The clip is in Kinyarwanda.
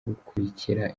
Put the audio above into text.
gukurikira